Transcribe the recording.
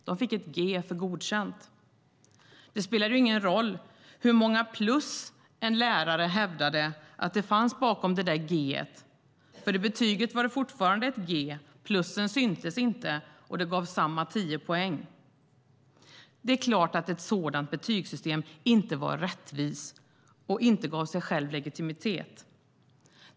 De fick ett G för Godkänd. Det spelade ingen roll hur många plus en lärare hävdade fanns bakom det där G:et. I betyget var det fortfarande ett G, plusen syntes inte, och det gav samma 10 poäng. Det är klart att ett sådant betygssystem inte var rättvist och inte gav legitimitet åt systemet.